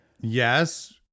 Yes